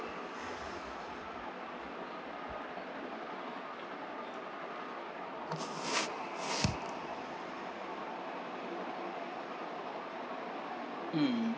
mm